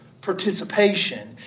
participation